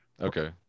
Okay